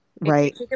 Right